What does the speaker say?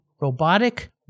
robotic